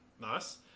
Nice